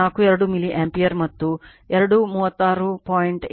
86 o ಮಂದಗತಿಯಲ್ಲಿರುತ್ತದೆ